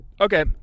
Okay